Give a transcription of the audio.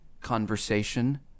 conversation